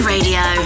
Radio